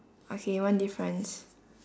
okay one difference